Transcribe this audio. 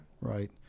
Right